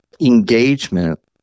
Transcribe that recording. engagement